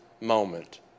moment